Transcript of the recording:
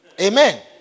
Amen